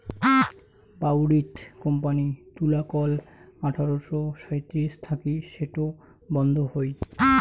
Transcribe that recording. বাউরিথ কোম্পানির তুলাকল আঠারশো সাঁইত্রিশ থাকি সেটো বন্ধ হই